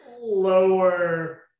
lower